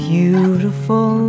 Beautiful